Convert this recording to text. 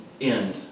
end